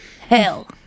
hell